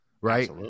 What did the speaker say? right